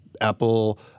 Apple